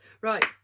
Right